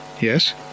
Yes